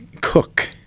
cook